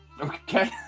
Okay